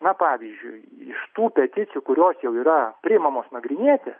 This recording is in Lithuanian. na pavyzdžiui iš tų peticijų kurios jau yra priimamos nagrinėti